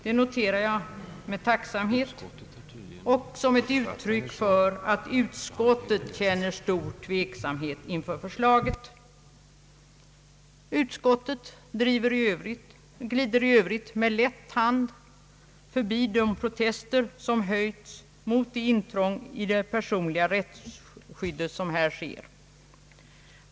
Detta noterar jag med tacksamhet och som ett uttryck för att utskottet känner stor tveksamhet inför förslaget. Utskottet glider i övrigt med lätt hand förbi de protester som höjts mot det intrång i den personliga integriteten som här sker.